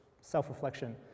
self-reflection